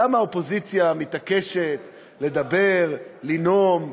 למה האופוזיציה מתעקשת לדבר, לנאום?